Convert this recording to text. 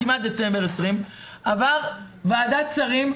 עבר ועדת שרים.